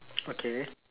okay